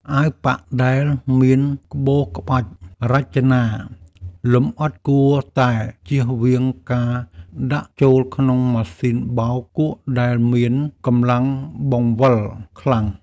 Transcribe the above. អាវប៉ាក់ដែលមានក្បូរក្បាច់រចនាលម្អិតគួរតែចៀសវាងការដាក់ចូលក្នុងម៉ាស៊ីនបោកគក់ដែលមានកម្លាំងបង្វិលខ្លាំង។